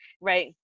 Right